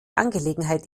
angelegenheit